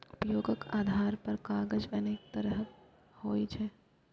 उपयोगक आधार पर कागज अनेक तरहक होइ छै